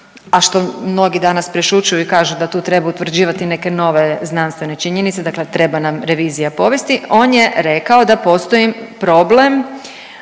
a što mnogi danas prešućuju i kažu da tu treba utvrđivati neke nove znanstvene činjenice, dakle treba nam revizija povijesti, on je rekao da postoj problem